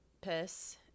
piss